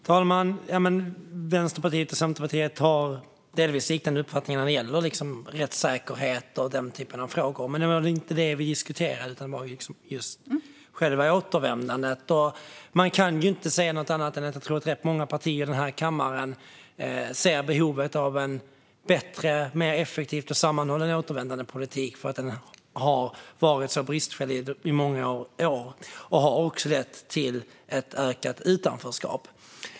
Fru talman! Vänsterpartiet och Centerpartiet har delvis liknande uppfattningar när det gäller rättssäkerhet och den typen av frågor. Men det är väl inte det vi diskuterar utan just själva återvändandet. Jag kan inte säga något annat än att jag tror att rätt många partier i den här kammaren ser behovet av en bättre, mer effektiv och sammanhållande återvändandepolitik, för den har varit så bristfällig under många år och har också lett till ett ökat utanförskap.